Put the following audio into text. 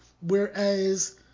whereas